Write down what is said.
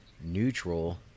Neutral